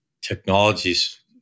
technologies